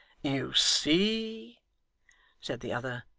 you see said the other,